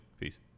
Peace